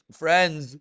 friends